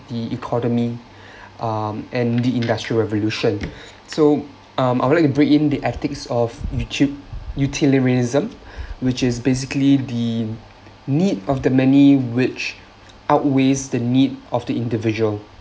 the economy um and the industrial revolution so um I would like to bring in the ethics of uti~ utilitarianism which is basically the need of the many which outweighs the need of the individual